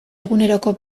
eguneroko